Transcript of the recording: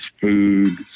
food